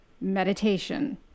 meditation